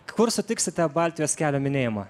kur sutiksite baltijos kelio minėjimą